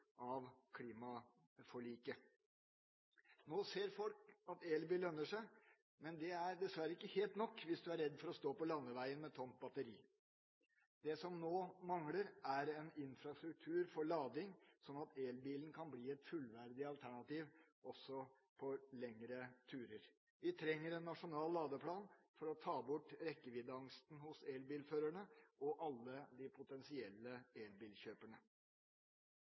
av klimaforliket. Nå ser folk at elbil lønner seg, men det er dessverre ikke nok hvis du er redd for å stå på landeveien med tomt batteri. Det som nå mangler, er en infrastruktur for lading, sånn at elbilen kan bli et fullverdig alternativ også for lengre turer. Vi trenger en nasjonal ladeplan for å ta bort rekkeviddeangsten hos elbilførerne og hos alle de potensielle elbilkjøperne.